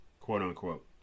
quote-unquote